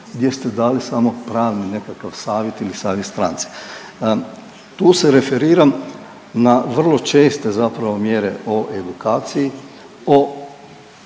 gdje ste dali samo pravni nekakav savjet ili savjet stranci. Tu se referiram na vrlo česte zapravo mjere o edukaciji, o